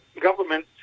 government